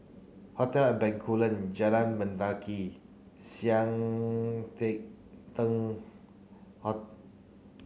Hotel Bencoolen Jalan Mendaki Sian Teck Tng